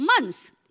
months